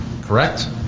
correct